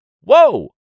Whoa